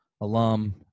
alum